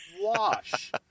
wash